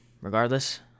regardless